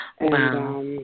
Wow